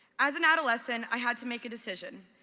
as an adolescent i had to make a decision.